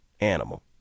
animal